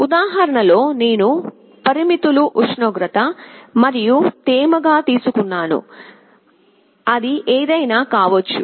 ఉదాహరణలో నేను పరిమితులు ఉష్ణోగ్రతమరియు తేమగా తీసుకున్నాను అది ఏదైనా కావచ్చు